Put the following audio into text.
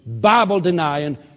Bible-denying